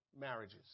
marriages